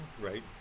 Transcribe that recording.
right